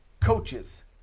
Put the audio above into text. Coaches